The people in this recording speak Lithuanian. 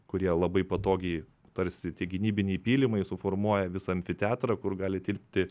kurie labai patogiai tarsi tie gynybiniai pylimai suformuoja visą amfiteatrą kur gali tilpti